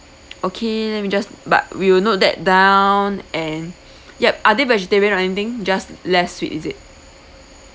okay let me just but we will note that down and yup are they vegetarian or anything just less sweet is it